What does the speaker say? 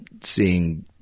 seeing